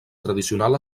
tradicional